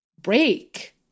break